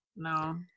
No